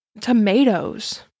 tomatoes